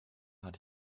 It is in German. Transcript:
hatte